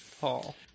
Paul